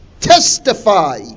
testify